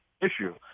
issue